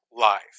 Life